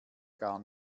gar